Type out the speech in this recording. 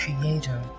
creator